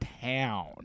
town